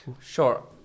Sure